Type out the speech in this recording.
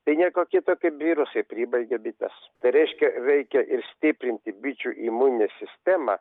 tai nieko kito kaip virusai pribaigė bites tai reiškia reikia ir stiprinti bičių imuninę sistemą